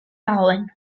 dagoen